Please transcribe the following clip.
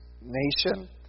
nation